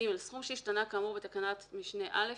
(ג) סכום שהשתנה כאמור בתקנת משנה (א),